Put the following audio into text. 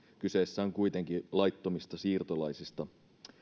kyse on kuitenkin laittomista siirtolaisista